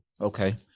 Okay